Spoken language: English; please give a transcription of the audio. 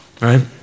Right